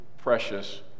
precious